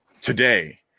today